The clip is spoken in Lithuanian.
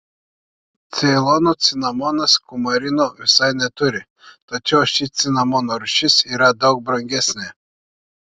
ceilono cinamonas kumarino visai neturi tačiau ši cinamono rūšis yra daug brangesnė